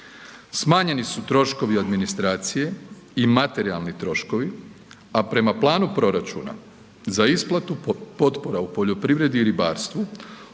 Smanjeni su troškovi od ministracije i materijalni troškovi, a prema planu proračuna za isplatu potpora u poljoprivredi i ribarstvu